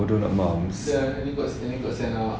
bodoh nak mamps